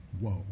Whoa